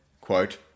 quote